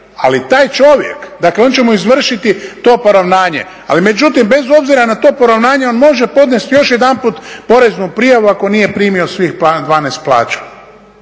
ali taj čovjek, dakle on će mu izvršiti to poravnanje ali međutim bez obzira na to poravnanje on može podnijeti još jedanput poreznu prijavu ako nije primio svih 12 plaća.